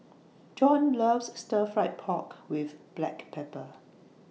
Jon loves Stir Fried Pork with Black Pepper